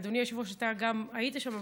אדוני היושב-ראש, אתה גם היית שם,